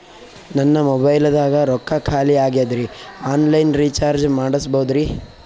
ನನ್ನ ಮೊಬೈಲದಾಗ ರೊಕ್ಕ ಖಾಲಿ ಆಗ್ಯದ್ರಿ ಆನ್ ಲೈನ್ ರೀಚಾರ್ಜ್ ಮಾಡಸ್ಬೋದ್ರಿ?